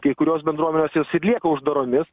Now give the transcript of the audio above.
kai kurios bendruomenės jos ir lieka uždaromis